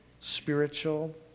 spiritual